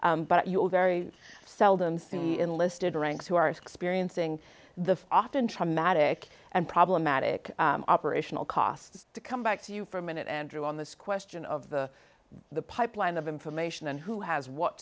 but you very seldom see the enlisted ranks who are experiencing the often traumatic and problematic operational costs to come back to you for a minute andrew on this question of the the pipeline of information and who has what